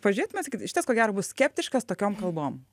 pažiūrėtumėt sakyt šitas ko gero bus skeptiškas tokiom kalbom